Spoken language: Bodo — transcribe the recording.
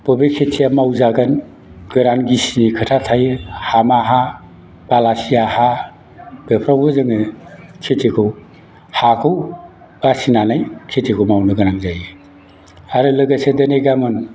बबे खेतिया मावजागोन गोरान गिसिनि खोथा थायो हामा हा बालासिया हा बेफोरावबो जोङो खेतिखौ हाखौ बासिनानै खेतिखौ मावनो गोनां जायो आरो लोगोसे दिनै गाबोन